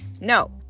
no